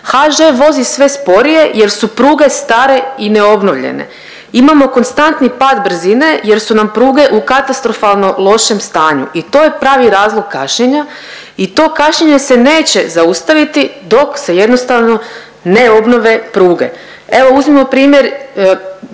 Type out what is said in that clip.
HŽ vozi sve sporije jer su pruge stare i neobnovljene. Imamo konstantni pad brzine jer su nam pruge u katastrofalno lošem stanju i to je pravi razlog kašnjenja i to kašnjenje se neće zaustaviti dok se jednostavno ne obnove pruge. Evo, uzmimo primjer,